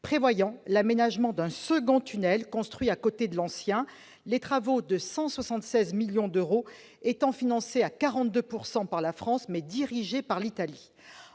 prévoyant l'aménagement d'un second tunnel, construit à côté de l'ancien, les travaux de 176 millions d'euros étant financés à 42 % par la France, mais dirigés par l'Italie.